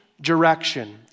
direction